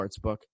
sportsbook